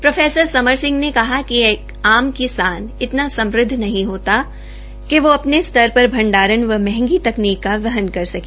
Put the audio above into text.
professor Samar Singh ने कहा कि एक आम किसान इतना समृदध नहीं होता कि वह अ ने स्तर र भंडारण व महंगी तकनीक को वहन कर सके